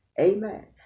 Amen